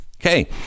Okay